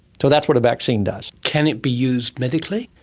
so that's what a vaccine does. can it be used medically?